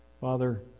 Father